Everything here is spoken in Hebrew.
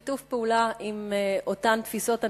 שיתוף פעולה עם אותן תפיסות אנטישמיות.